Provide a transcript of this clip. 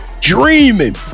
dreaming